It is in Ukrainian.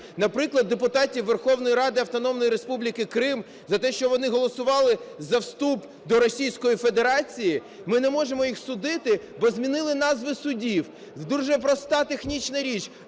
наприклад, депутатів Верховної Ради Автономної Республіки Крим, за те, що вони голосували за вступ до Російської Федерації. Ми не можемо їх судити, бо змінили назви судів. Дуже проста технічна річ,